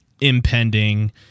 impending